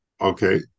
Okay